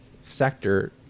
sector